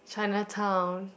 Chinatown